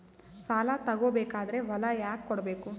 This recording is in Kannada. ಸಾಲ ತಗೋ ಬೇಕಾದ್ರೆ ಹೊಲ ಯಾಕ ಕೊಡಬೇಕು?